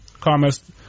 commerce